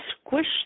squish